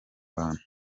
bantu